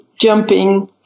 jumping